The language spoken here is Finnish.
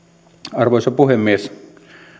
arvoisa puhemies